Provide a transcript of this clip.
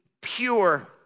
pure